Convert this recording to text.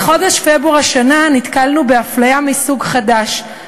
בחודש פברואר השנה נתקלנו באפליה מסוג חדש,